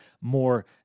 more